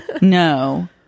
No